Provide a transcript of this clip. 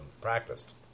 practiced